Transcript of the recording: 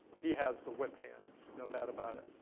he has the whip hand, no doubt about it.